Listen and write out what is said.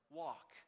walk